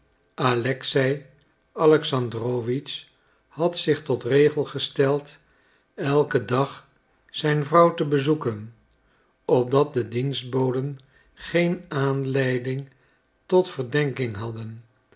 alexei alexandrowitsch had zich tot regel gesteld eiken dag zijn vrouw te bezoeken opdat de dienstboden geen aanleiding tot verdenking hadden